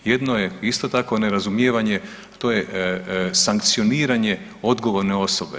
Jedno je isto tako nerazumijevanje, to je sankcioniranje odgovorne osobe.